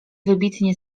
wybitnie